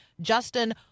Justin